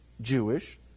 Jewish